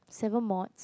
seven mods